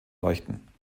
leuchten